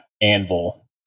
Anvil